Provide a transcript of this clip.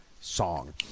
song